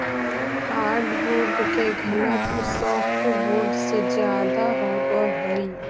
hardwood के घनत्व softwood से ज्यादा होवऽ हइ